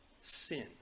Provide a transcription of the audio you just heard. sin